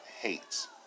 hates